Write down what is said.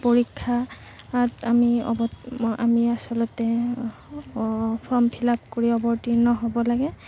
পৰীক্ষাত আমি অৱ আমি আচলতে ফৰ্ম ফিল আপ কৰি অৱতীৰ্ণ হ'ব লাগে